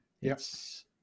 yes